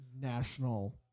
national